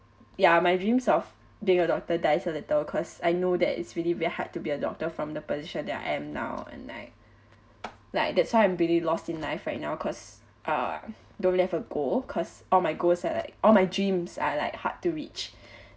ya my dreams of being a doctor dies a little cause I know that it's really very hard to be a doctor from the position that I am now and like like that's why I am pretty lost in life right now cause err I don't have a goal because all my goals are like all my dreams are like hard to reach